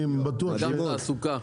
גם בתעסוקה.